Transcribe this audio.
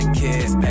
kiss